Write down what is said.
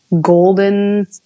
golden